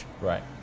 right